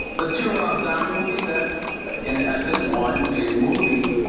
the two rob zombie movies that's in essence one big movie.